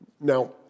Now